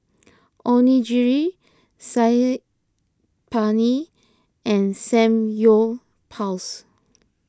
Onigiri Saag Paneer and Samgyeopsal